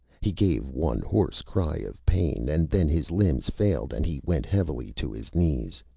he gave one hoarse cry of pain, and then his limbs failed and he went heavily to his knees.